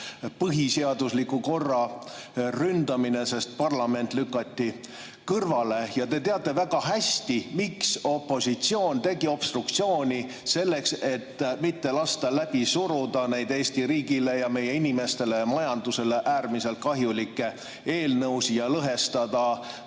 põhiseadusliku korra ründamine, sest parlament lükati kõrvale. Ja te teate väga hästi, miks opositsioon tegi obstruktsiooni: selleks, et mitte lasta läbi suruda neid Eesti riigile ja meie inimestele ja majandusele äärmiselt kahjulikke eelnõusid ja lõhestada